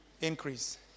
Increase